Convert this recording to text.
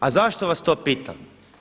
A zašto vas to pitam?